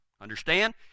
Understand